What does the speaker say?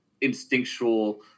instinctual